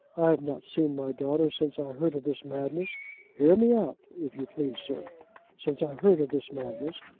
i have not seen my daughter since i heard of this madness hear me out if you please, sir since i heard of this madness,